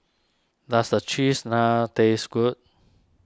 does a Cheese Naan taste good